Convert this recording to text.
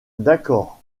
d’accord